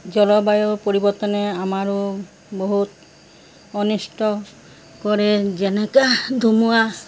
জলবায়ু পৰিৱৰ্তনে আমাৰো বহুত অনিষ্ট কৰে যেনেকৈ ধুমুৱা